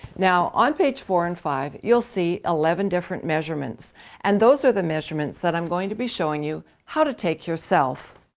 now on page four and five you'll see eleven different measurements and those are the measurements that i'm going to be showing you how to take yourself.